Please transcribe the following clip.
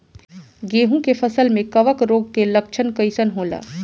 गेहूं के फसल में कवक रोग के लक्षण कइसन होला?